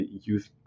youth